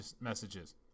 messages